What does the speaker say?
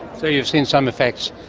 so you've seen some effects.